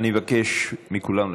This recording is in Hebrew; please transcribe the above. אני מבקש מכולם לשבת,